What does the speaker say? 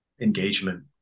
engagement